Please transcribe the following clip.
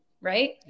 Right